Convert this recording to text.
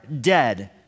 dead